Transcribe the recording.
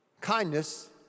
kindness